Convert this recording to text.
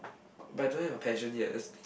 but I don't have a passion yet that's the